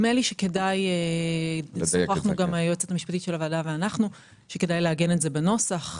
שוחחנו עם היועצת המשפטית של הוועדה שכדאי לעגן את זה בנוסח,